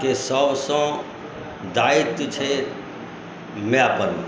के सभसँ दायित्व छै मायपर मे